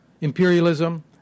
imperialism